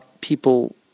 People